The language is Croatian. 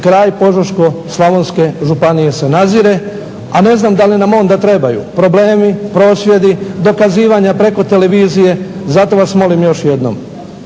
kraj Požeško-slavonske županije se nazire, a ne znam da li nam onda trebaju problemi, prosvjedi, dokazivanja preko televizije. Zato vas molim još jednom